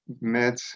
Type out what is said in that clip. met